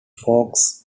forces